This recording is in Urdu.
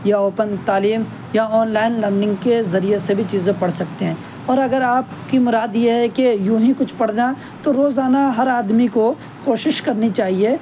یا اوپن تعلیم یا آنلائن لرننگ کے ذریعے سے بھی چیزیں پڑھ سکتے ہیں اور اگر آپ کی مراد یہ ہے کہ یوں ہی کچھ پڑھنا تو روزانہ ہر آدمی کو کوشش کرنی چاہیے